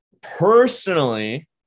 Personally